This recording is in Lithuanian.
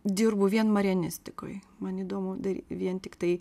dirbu vien marianistikoj man įdomu dary vien tiktai